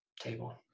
table